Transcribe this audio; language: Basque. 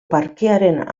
parkearen